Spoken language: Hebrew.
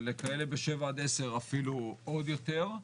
ולכאלה 7-10 אפילו עוד יותר.